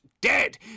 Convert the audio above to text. dead